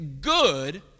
good